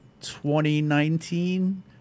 2019